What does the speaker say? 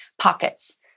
pockets